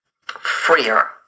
freer